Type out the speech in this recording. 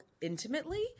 intimately